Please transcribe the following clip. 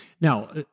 Now